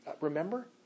Remember